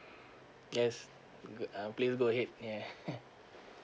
yes good uh please go ahead yeah